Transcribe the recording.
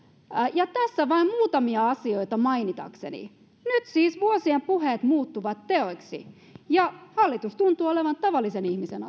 ja tässä vain muutamia asioita mainitakseni nyt siis vuosien puheet muuttuvat teoiksi ja hallitus tuntuu olevan tavallisen ihmisen